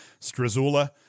Strazula